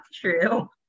true